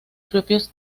propios